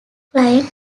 client